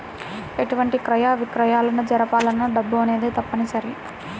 ఎలాంటి క్రయ విక్రయాలను జరపాలన్నా డబ్బు అనేది తప్పనిసరి